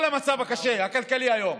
עם כל המצב הכלכלי הקשה היום,